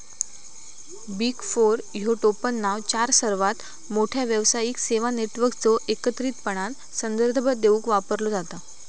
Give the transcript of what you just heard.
big four ह्यो टोपणनाव चार सर्वात मोठ्यो व्यावसायिक सेवा नेटवर्कचो एकत्रितपणान संदर्भ देवूक वापरलो जाता